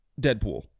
Deadpool